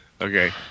Okay